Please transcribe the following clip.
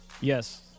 Yes